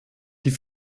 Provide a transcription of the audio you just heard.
die